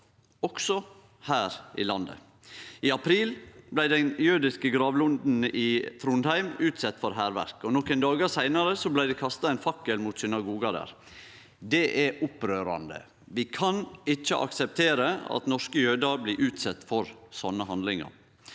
også her i landet. I april blei den jødiske gravlunden i Trondheim utsett for hærverk, og nokre dagar seinare blei det kasta ein fakkel mot synagoga der. Det er opprørande. Vi kan ikkje akseptere at norske jødar blir utsette for sånne handlingar.